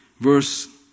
Verse